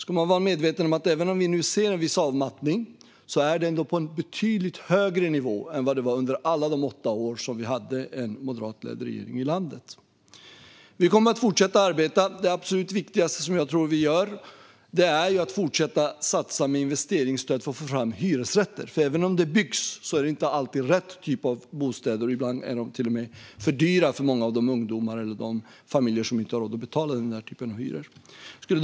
Man ska vara medveten om att även om vi nu ser en viss avmattning är det ändå en betydligt högre nivå än vad det var under alla de åtta år som vi hade en moderatledd regering i landet. Vi kommer att fortsätta att arbeta. Det absolut viktigaste som vi gör tror jag är att fortsätta satsa på investeringsstöd för att få fram hyresrätter, för även om det byggs är det inte alltid rätt typ av bostäder. Ibland är de till och med för dyra för många ungdomar eller familjer, som inte har råd att betala den typen av hyror.